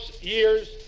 years